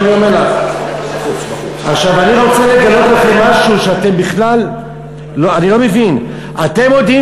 אני רוצה לגלות לכם משהו שאני לא מבין: אתם יודעים